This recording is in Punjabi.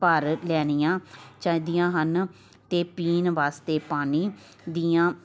ਭਰ ਲੈਣੀਆਂ ਚਾਹੀਦੀਆਂ ਹਨ ਅਤੇ ਪੀਣ ਵਾਸਤੇ ਪਾਣੀ ਦੀਆਂ